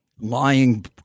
lying